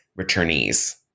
returnees